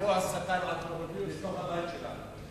שיבוא השטן לתוך הבית שלנו.